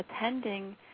attending